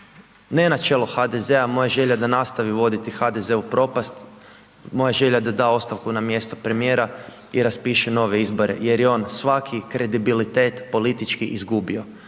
Ne na čelo HDZ-a, moja je želja da nastavi voditi HDZ u propast, moja je želja da da ostavku na mjesto premijera i raspiše nove izbore jer je on svaki kredibilitet politički izgubio.